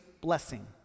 blessing